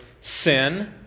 sin